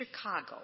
Chicago